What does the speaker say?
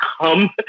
come